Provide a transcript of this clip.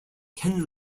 ken